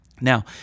now